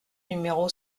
numéro